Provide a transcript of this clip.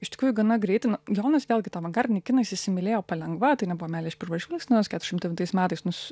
iš tikrųjų gana greit na jonas vėlgi tą avangardinį kiną jis įsimylėjo palengva tai nebuvo meilė iš pirmo žvilgsnio jis keturiasdešim devintais metais nus